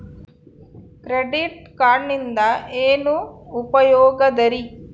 Credit ಕಾರ್ಡಿನಿಂದ ಏನು ಉಪಯೋಗದರಿ?